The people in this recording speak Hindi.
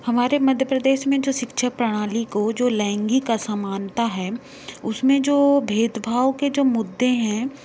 हमारे मध्य प्रदेश में जो शिक्षा प्रणाली को जो लैंगिक असमानता है उसमें जो भेदभाव के जो मुद्दे हैं